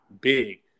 big